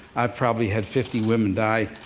i've probably had fifty women die.